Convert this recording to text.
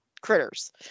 critters